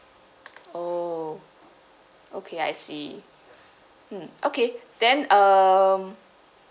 oh okay I see mm okay then um